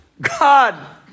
God